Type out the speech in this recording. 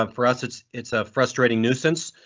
um for us it's it's a frustrating nuisance,